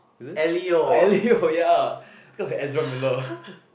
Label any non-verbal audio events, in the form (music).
is it ah Elio (breath) ya because Ezra miller